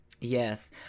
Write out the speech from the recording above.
yes